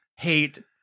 Hate